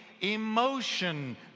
emotion